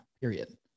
period